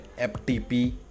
FTP